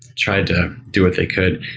tried to do what they could.